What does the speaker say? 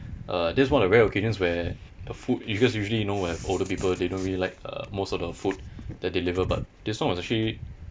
uh that's one of the rare occasions where the food because usually you know we have older people they don't really like uh most of the food that deliver but this one was actually